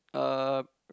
uh